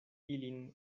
ilin